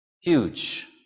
huge